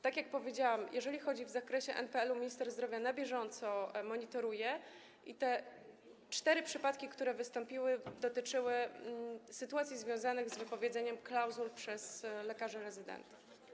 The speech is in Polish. Tak jak powiedziałam, w zakresie NPL-u minister zdrowia na bieżąco to monitoruje i te cztery przypadki, które wystąpiły, dotyczyły sytuacji związanych z wypowiedzeniem klauzul przez lekarzy rezydentów.